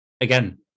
again